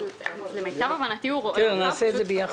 למיטב הבנתי הוא כבר רואה אותה.